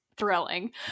thrilling